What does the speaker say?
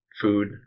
food